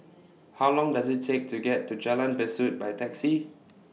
How Long Does IT Take to get to Jalan Besut By Taxi